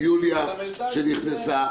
יוליה מלינובסקי שנכנסה.